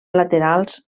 laterals